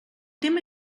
tema